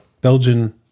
Belgian